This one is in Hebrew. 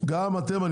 גם אתם,